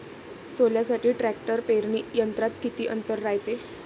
सोल्यासाठी ट्रॅक्टर पेरणी यंत्रात किती अंतर रायते?